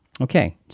Okay